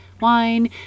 wine